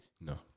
No